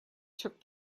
took